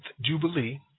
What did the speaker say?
jubilee